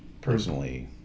personally